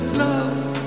love